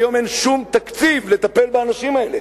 היום אין שום תקציב לטפל באנשים האלה.